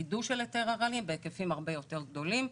חידוש של היתר הרעלים בהיקפים הרבה יותר גדולים,